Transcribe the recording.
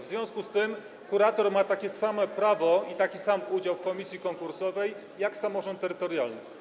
W związku z tym kurator ma takie samo prawo i taki sam udział w komisji konkursowej jak samorząd terytorialny.